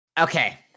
Okay